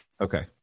Okay